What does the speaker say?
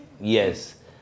Yes